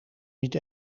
niet